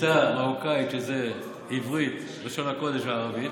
הייתה מרוקאית, שזה עברית, לשון הקודש וערבית.